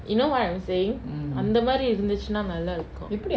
you know what I'm saying அந்தமாரி இருந்துச்சுனா நல்லா இருக்கு:anthamari irunthuchuna nalla iruku